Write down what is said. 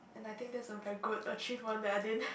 and I think that's a very good achievement that I didn't